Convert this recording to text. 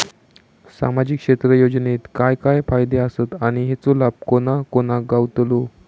सामजिक क्षेत्र योजनेत काय काय फायदे आसत आणि हेचो लाभ कोणा कोणाक गावतलो?